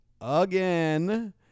again